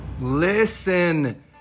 Listen